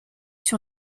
sur